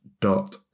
dot